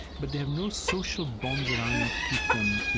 but they have no social bonds around them to keep them, you